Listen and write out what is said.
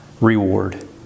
reward